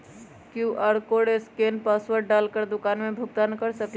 QR code scan password डाल कर दुकान में भुगतान कर सकलीहल?